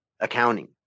accounting